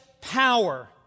power